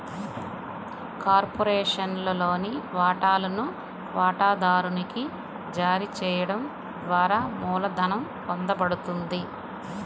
కార్పొరేషన్లోని వాటాలను వాటాదారునికి జారీ చేయడం ద్వారా మూలధనం పొందబడుతుంది